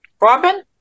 Robin